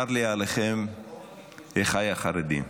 צר לי עליכם, אחיי החרדים.